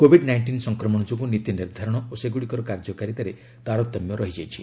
Covid nineteen ସଂକ୍ରମଣ ଯୋଗୁଁ ନୀତି ନିର୍ଦ୍ଧାରଣ ଓ ସେଗୁଡ଼ିକର କାର୍ଯ୍ୟକାରିତାରେ ତାରତମ୍ୟ ରହିଯାଉଛି